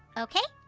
ok?